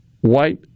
white